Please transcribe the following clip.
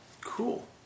Cool